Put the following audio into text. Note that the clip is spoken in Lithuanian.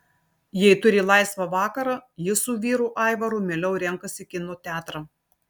jei turi laisvą vakarą ji su vyru aivaru mieliau renkasi kino teatrą